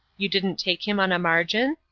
you didn't take him on a margin?